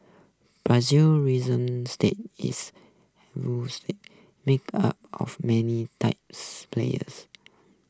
Brazil's reason stay is made up of many taps players